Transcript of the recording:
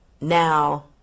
Now